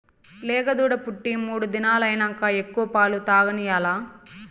లేగదూడ పుట్టి మూడు దినాలైనంక ఎక్కువ పాలు తాగనియాల్ల